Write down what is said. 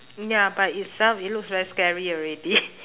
ya by itself it looks very scary already